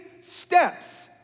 steps